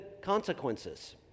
consequences